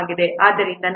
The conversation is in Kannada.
ಆದ್ದರಿಂದ ನಾನು ಇಲ್ಲಿ 1